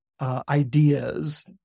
ideas